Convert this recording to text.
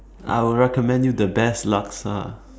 I will recommend you the best laksa